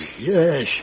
yes